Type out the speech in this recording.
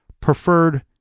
preferred